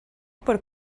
per